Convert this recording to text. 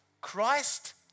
Christ